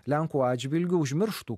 lenkų atžvilgiu užmirštų